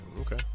Okay